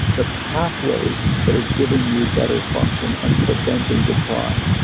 the pathways that are giving you better function and preventing decline.